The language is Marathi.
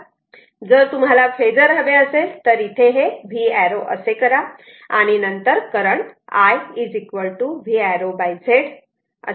जर तुम्हाला फेजर हवे असेल तर इथे हे v एर्रो असे करा आणि नंतर current i v arrow Z